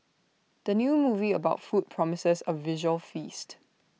the new movie about food promises A visual feast